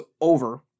over